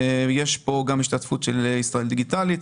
יש כאן גם השתתפות של ישראל דיגיטלית.